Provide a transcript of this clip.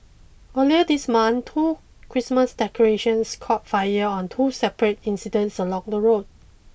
earlier this month two Christmas decorations caught fire on two separate incidents along the road